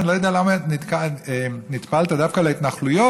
לא יודע למה נטפלת דווקא להתנחלויות,